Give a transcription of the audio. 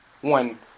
one